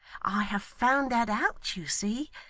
i have found that out, you see,